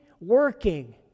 working